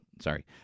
Sorry